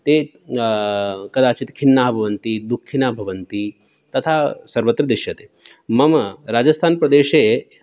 ते कदाचित् खिन्नाः भवन्ति दुःखिनः भवन्ति तथा सर्वत्र दृश्यते मम राजस्थानप्रदेशे